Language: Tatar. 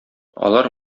алар